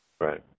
Right